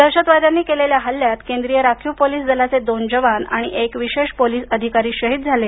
दहशतवाद्यांनी केलेल्या हल्ल्यात केंद्रीय राखीव पोलीस दलाचे दोन जवान आणि एक विशेष पोलीस अधिकारी शहीद झाले